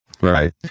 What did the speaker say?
Right